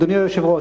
אדוני היושב-ראש,